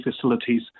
facilities